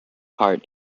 part